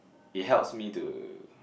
it helps me to